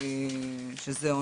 שזה,